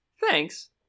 thanks